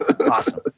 Awesome